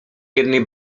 jednej